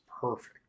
perfect